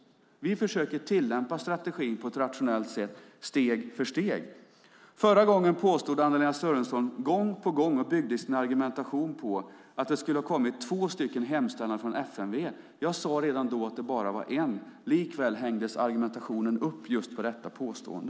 Vi försöker tillämpa strategin på ett rationellt sätt, steg för steg. Förra gången påstod Anna-Lena Sörenson gång på gång och byggde sin argumentation på att det skulle ha kommit två hemställanden från FMV. Jag sade redan då att det bara var en. Likväl hängdes argumentationen upp på just detta påstående.